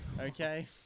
okay